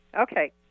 Okay